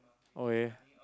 okay